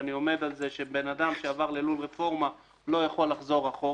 ואני עומד על זה שבן אדם שעבר ללול רפורמה לא יכול לחזור אחורה.